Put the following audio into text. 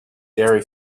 dairy